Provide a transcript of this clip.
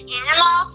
animal